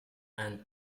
and